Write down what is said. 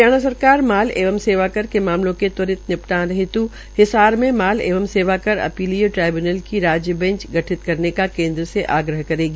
हरियाणा सरकार माल एवं सेवाकर के मामलों के त्वारित निपटारे हेत् हिसार में माल एवं सेवाकर अपीलीय ट्रिब्यूनल की राज्य बैंच गठित करने का केन्द्र से आग्रहकरेगी